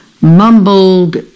mumbled